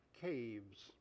caves